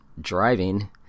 driving